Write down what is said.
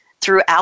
throughout